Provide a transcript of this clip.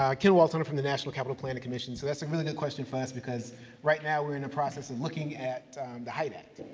ken walton from the national capital planning commission. so that's a really good question for us, because right now we're in the process of looking at the height act.